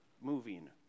moving